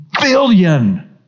billion